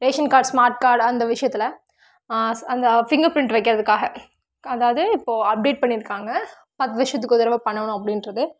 ration cards smart card அந்த விஷயத்துல அந்த ஃபிங்கர் ப்ரிண்ட் வைக்கிறதுக்காக அதாவது இப்போ அப்டேட் பண்ணியிருக்காங்க பத்து வருடத்துக்கு ஒரு தடவை பண்ணணும் அப்படின்றது